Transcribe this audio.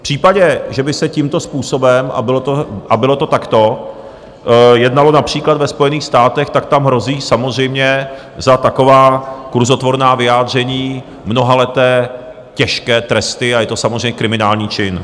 V případě, že by se tímto způsobem, a bylo to takto, jednalo například ve Spojených státech, tak tam hrozí samozřejmě za taková kurzotvorná vyjádření mnohaleté těžké tresty a je to samozřejmě kriminální čin.